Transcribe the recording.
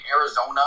Arizona